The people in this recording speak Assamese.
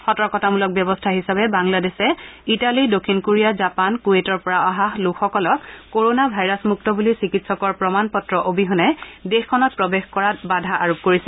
সতৰ্কতামূলক ব্যৱস্থা হিচাপে বাংলাদেশে ইটালী দক্ষিণ কোৰিয়া জাপান আৰু কোৱেটৰ পৰা অহা লোকসকলক কৰণা ভাইৰাছ মুক্ত বুলি চিকিৎসকৰ প্ৰমাণ পত্ৰ অবিহনে দেশখনত প্ৰৱেশ কৰা বাধা আৰোপ কৰিছে